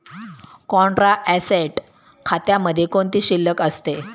Contra asset खात्यामध्ये कोणती शिल्लक असते?